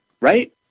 Right